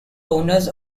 owners